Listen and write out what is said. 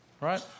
right